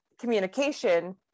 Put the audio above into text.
communication